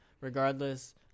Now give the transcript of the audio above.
regardless